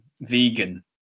vegan